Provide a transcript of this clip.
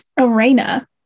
Arena